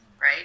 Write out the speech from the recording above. right